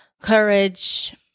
courage